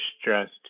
stressed